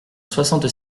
soixante